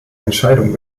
entscheidung